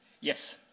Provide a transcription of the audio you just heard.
Yes